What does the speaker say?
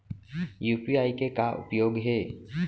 UPI के का उपयोग हे?